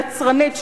היצרנית,